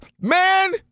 man